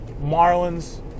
Marlins